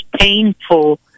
painful